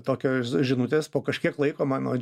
tokios žinutės po kažkiek laiko mano